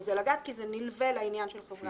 בזה לגעת כי זה נילווה לעניין של חברי הכנסת.